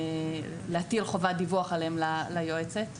להטיל חובת דיווח עליהם ליועצת,